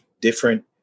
different